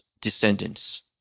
descendants